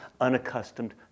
unaccustomed